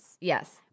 Yes